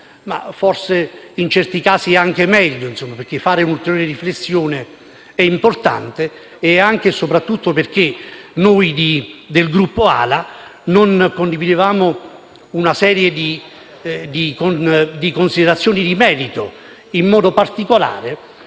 forse, in certi casi, può anche essere meglio, perché fare un'ulteriore riflessione è importante, soprattutto perché noi del Gruppo ALA non condividevamo una serie di considerazioni di merito, in modo particolare